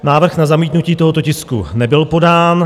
Návrh na zamítnutí tohoto tisku nebyl podán.